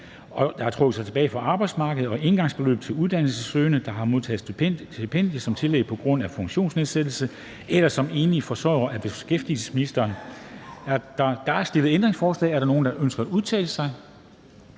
der har trukket sig tilbage fra arbejdsmarkedet, og engangsbeløb til uddannelsessøgende, der modtager stipendium som tillæg på grund af en funktionsnedsættelse eller som enlige forsørgere. Af beskæftigelsesministeren (Peter Hummelgaard). (Fremsættelse